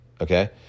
Okay